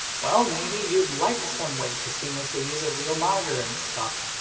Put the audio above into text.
well maybe you'd like some way to seamlessly use a real monitor and stuff.